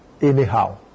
anyhow